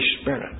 Spirit